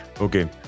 Okay